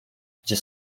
gdzie